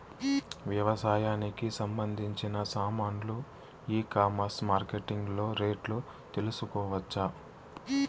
వ్యవసాయానికి సంబంధించిన సామాన్లు ఈ కామర్స్ మార్కెటింగ్ లో రేట్లు తెలుసుకోవచ్చా?